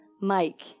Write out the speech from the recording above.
Mike